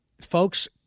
folks